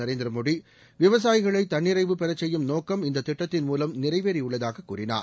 நரேந்திர மோடி விவசாயிகளை தன்னிறைவு பெறச் செய்யும் இந்த நோக்கம் மூலம் நிறைவேறியுள்ளதாக கூறினார்